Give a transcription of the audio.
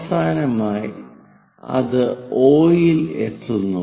അവസാനമായി അത് O ൽ എത്തുന്നു